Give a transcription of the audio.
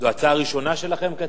זו הצעה ראשונה שלכם?